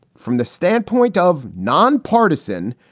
from the standpoint ah of nonpartisan,